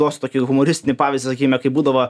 duosiu tokį humoristinį pavyzdį sakykim kaip būdavo